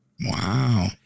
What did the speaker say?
Wow